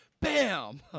Bam